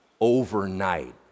overnight